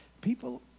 people